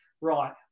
right